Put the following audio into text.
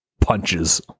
punches